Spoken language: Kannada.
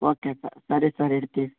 ಓಕೆ ಸರ್ ಸರಿ ಸರ್ ಇಡ್ತೀವಿ